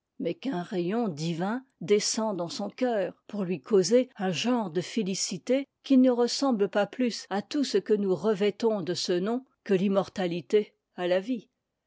mais qu'un rayon divin descend dans son coeur pour lui causer un genre de félicite qui ne ressemble pas plus à tout ce que nous revêtons de ce nom que l'immortalité à la vie